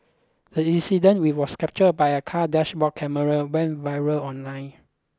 the incident which was captured by a car's dashboard camera went viral online